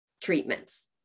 treatments